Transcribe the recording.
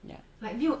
ya